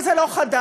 אבל זה לא חדש,